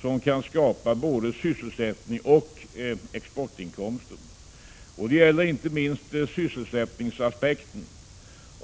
som kan skapa både sysselsättning och exportinkomster. Och detta gäller inte minst sysselsättningsaspekten.